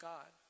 God